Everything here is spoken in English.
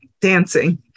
dancing